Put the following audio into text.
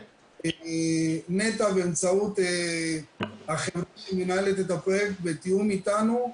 נת"ע באמצעות החברה שמנהלת את הפרויקט בתיאום איתנו,